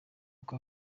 uko